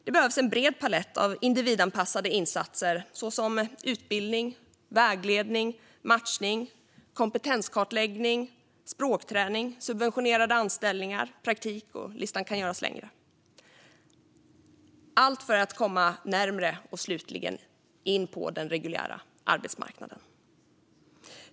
Det behövs en bred palett av individanpassade insatser såsom utbildning, vägledning, matchning, kompetenskartläggning, språkträning, subventionerade anställningar och praktik. Listan kan göras längre. Allt detta krävs för att man ska kunna komma närmare och slutligen in på den reguljära arbetsmarknaden.